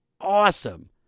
awesome